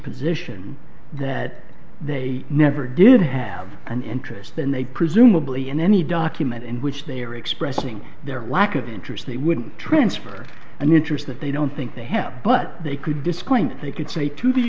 position that they never did have an interest then they presumably in any document in which they are expressing their lack of interest they wouldn't transfer an interest that they don't think they have but they could disclaimed they could say to the